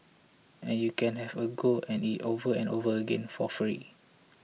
and you can have a go at it over and over again for free